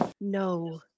No